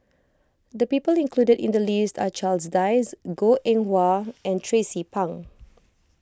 the people included in the list are Charles Dyce Goh Eng Wah and Tracie Pang